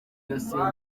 yashenye